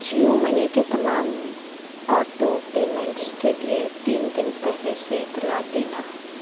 Jio money کے تمام auto payments کے لیے تین دن پہلے سے اطلاع دینا